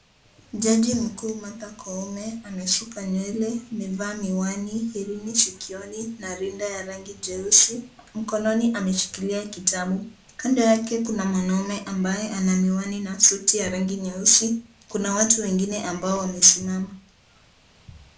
Jaji mkuu Martha Koome amesuka nywele, amevaa miwani, herini sikoni na rinda ya rangi jeusi. Mkononi ameshikilia kitabu. Kando yake kuna mwanamume ambaye ana miwani na suti ya rangi nyeusi. Kuna watu wengine ambao wamesimama.